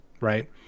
right